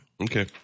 Okay